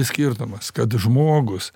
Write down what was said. skirtumas kad žmogus